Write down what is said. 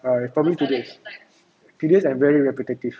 but confirm tedious tedious and very repetitive